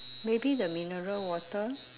maybe the mineral water